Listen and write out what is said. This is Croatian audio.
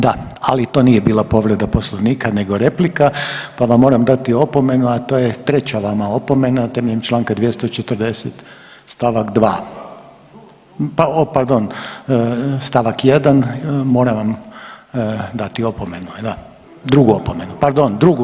Da, ali to nije bila povreda Poslovnika, nego replika pa vam moram dati opomenu, a to treća vama opomena temeljem Članka 240. stavak 2., o pardon stavak 1. moram vam dati opomenu da, drugu opomenu, pardon drugu.